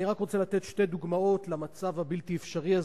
אני רק רוצה לתת שתי דוגמאות למצב הבלתי-אפשרי הזה,